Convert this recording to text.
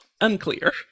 Unclear